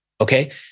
Okay